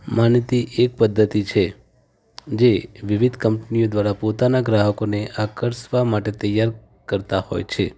મનાતી એક પદ્ધતિ છે જે વિવિધ કંપનીઓ દ્વારા પોતાનાં ગ્રાહકોને આકર્ષવા માટે તૈયાર કરતાં હોય છે